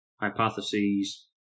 hypotheses